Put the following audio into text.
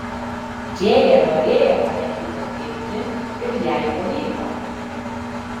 džėja norėjo mane įbauginti ir jai pavyko